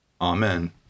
Amen